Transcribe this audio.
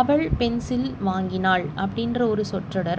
அவள் பென்சில் வாங்கினால் அப்படின்ற ஒரு சொற்றொடர்